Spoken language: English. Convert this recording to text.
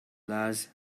large